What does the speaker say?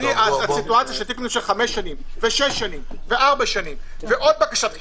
המצב של תיקים שנמשכים חמש ושש שנים ועוד בקשת דחייה